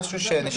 משהו שנראה.